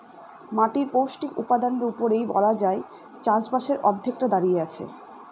মাটির পৌষ্টিক উপাদানের উপরেই বলা যায় চাষবাসের অর্ধেকটা দাঁড়িয়ে আছে